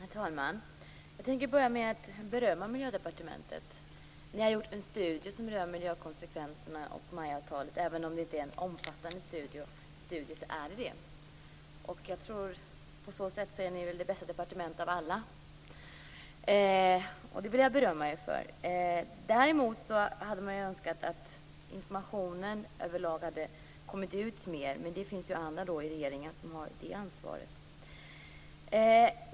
Herr talman! Jag skall börja med att berömma Miljödepartementet. Ni har gjort en studie som rör miljökonsekvenserna och MAI-avtalet - även om det inte är en omfattande studie. På så sätt är ni det bästa departementet av alla, och det vill jag berömma er för. Däremot önskar jag att informationen hade kommit ut mer över lag, men det finns andra i regeringen som har det ansvaret.